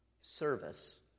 service